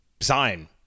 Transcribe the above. sign